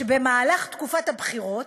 שבמהלך תקופת הבחירות,